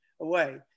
away